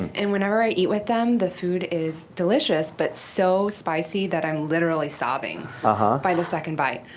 and whenever i eat with them, the food is delicious, but so spicy that i'm literally sobbing ah by the second bite.